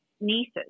nieces